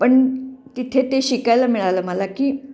पण तिथे ते शिकायला मिळालं मला की